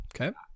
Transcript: okay